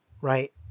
Right